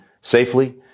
safely